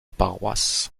paroisse